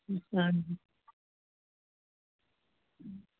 आं जी